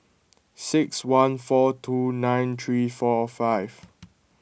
six one four two nine three four five